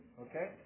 Okay